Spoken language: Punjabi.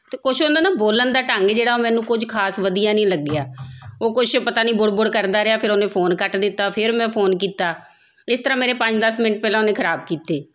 ਅਤੇ ਕੁਛ ਉਹਦਾ ਨਾ ਬੋਲਣ ਦਾ ਢੰਗ ਜਿਹੜਾ ਮੈਨੂੰ ਕੁਝ ਖਾਸ ਵਧੀਆ ਨਹੀਂ ਲੱਗਿਆ ਉਹ ਕੁਛ ਪਤਾ ਨਹੀਂ ਬੁੜ ਬੁੜ ਕਰਦਾ ਰਿਹਾ ਫਿਰ ਉਹਨੇ ਫੋਨ ਕੱਟ ਦਿੱਤਾ ਫਿਰ ਮੈਂ ਫੋਨ ਕੀਤਾ ਇਸ ਤਰ੍ਹਾਂ ਮੇਰੇ ਪੰਜ ਦਸ ਮਿੰਟ ਪਹਿਲਾਂ ਉਹਨੇ ਖਰਾਬ ਕੀਤੇ